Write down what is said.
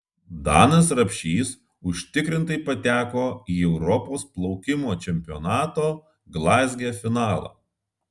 danas rapšys užtikrintai pateko į europos plaukimo čempionato glazge finalą